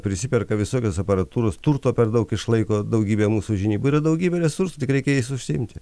prisiperka visokios aparatūros turto per daug išlaiko daugybė mūsų žinybų yra daugybė resursų tik reikia jais užsiimti